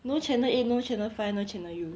no channel eight no channel five no channel U